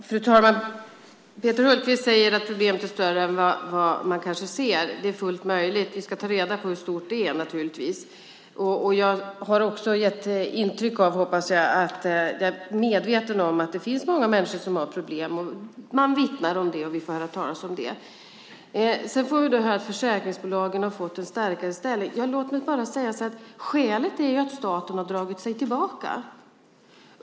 Fru talman! Peter Hultqvist säger att problemet är större än vad vi ser. Det är fullt möjligt. Vi ska naturligtvis ta reda på hur stort det är. Jag hoppas att jag också har gett intrycket att jag är medveten om att det finns många människor som har problem. De vittnar om det, och vi får höra talas om det. Vi får höra att försäkringsbolagen har fått en starkare ställning. Låt mig bara säga att skälet är att staten har dragit sig tillbaka.